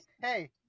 hey